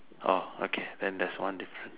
orh okay then that's one different